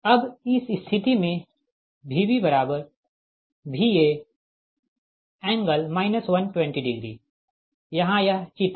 अब इस स्थिति में VbVa∠ 120 यहाँ यह चित्र है